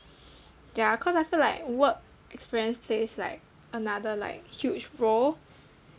ya cause I feel like work experience plays like another like huge role